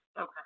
Okay